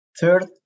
Third